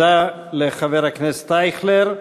תודה לחבר הכנסת אייכלר.